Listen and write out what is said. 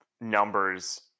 numbers